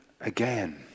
again